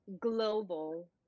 global